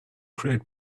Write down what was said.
create